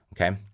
okay